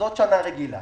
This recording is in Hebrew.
זאת שנה רגילה.